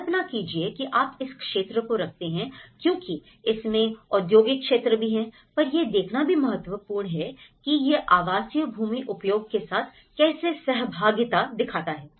कल्पना कीजिए कि आप इस क्षेत्र को रखते हैं क्योंकि इसमें औद्योगिक क्षेत्र भी हैं पर यह देखना भी महत्वपूर्ण है कि यह आवासीय भूमि उपयोग के साथ कैसे सहभागिता दिखाता है